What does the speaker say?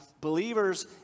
believers